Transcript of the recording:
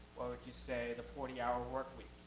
would you say, the forty hour work week.